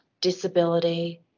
disability